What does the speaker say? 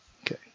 okay